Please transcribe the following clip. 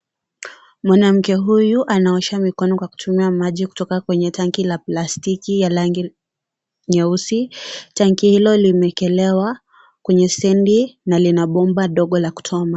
Mwanamke huyu, anaosha mikono kwa kutumia maji kutoka kwenye tangi la plastiki ya rangi ya nyeusi. Tangi hilo limeekelewa kwenye sindi, na lina bomba dogo la kutoa maji.